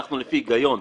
הלכנו לפי הגיון.